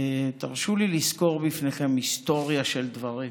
תרשו לי לסקור בפניכם את ההיסטוריה של הדברים,